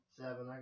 seven